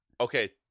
Okay